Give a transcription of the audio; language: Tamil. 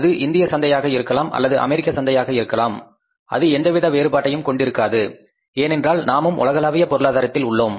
அது இந்திய சந்தையாக இருக்கலாம் அல்லது அமெரிக்க சந்தையாக இருக்கலாம் அது எந்த வித வேறுபாட்டையும் கொண்டிருக்காது ஏனென்றால் நாமும் உலகளாவிய பொருளாதாரத்தில் உள்ளோம்